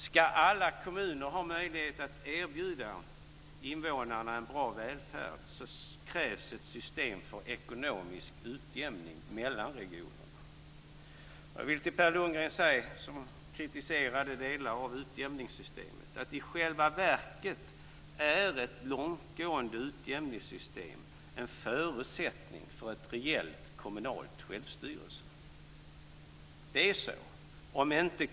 Ska alla kommuner ha möjligheter att erbjuda invånarna en bra välfärd krävs det ett system för ekonomisk utjämning mellan regionerna. Jag vill säga till Per Landgren, som kritiserade delar av utjämningssystemet, att i själva verket är ett långtgående utjämningssystem en förutsättning för en reell kommunal självstyrelse. Så är det.